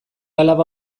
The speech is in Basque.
alaba